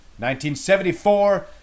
1974